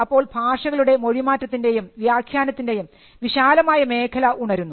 അപ്പോൾ ഭാഷകളുടെ മൊഴിമാറ്റത്തിൻറെയും വ്യാഖ്യാനത്തിൻറെയും വിശാലമായ മേഖല ഉണരുന്നു